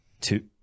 Two